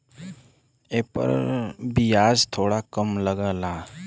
एपर बियाज थोड़ा कम लगला